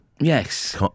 Yes